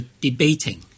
debating